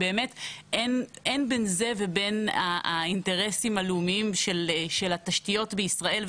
אין בין זה ובין האינטרסים הלאומיים של התשתיות בישראל,